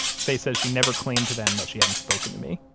faye says she never claimed to them that she hadn't spoken to me